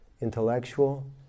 Intellectual